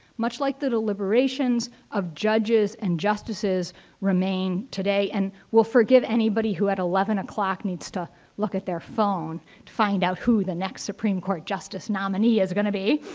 much like the deliberations of judges and justices remain today. and we'll forgive anybody, who at eleven o'clock needs to look at their phone, to find out who the next supreme court justice nominee is going to be.